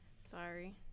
Sorry